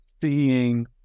seeing